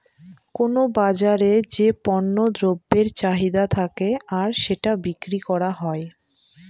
কোনো বাজারে যে পণ্য দ্রব্যের চাহিদা থাকে আর সেটা বিক্রি করা হয়